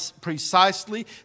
precisely